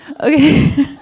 Okay